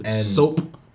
Soap